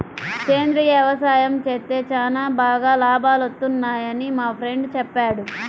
సేంద్రియ యవసాయం చేత్తే చానా బాగా లాభాలొత్తన్నయ్యని మా ఫ్రెండు చెప్పాడు